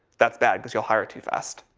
that's bad because you'll hire too fast,